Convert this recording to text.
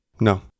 No